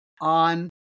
on